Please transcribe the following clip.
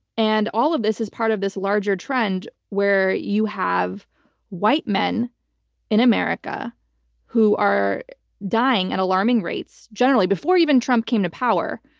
and all of this is part of this larger trend where you have white men in america who are dying at alarming rates generally before even trump came to power.